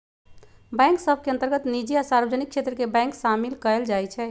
bank सभ के अंतर्गत निजी आ सार्वजनिक क्षेत्र के बैंक सामिल कयल जाइ छइ